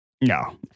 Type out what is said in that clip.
No